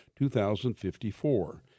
2054